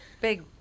Big